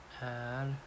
add